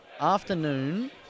afternoon